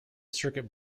circuit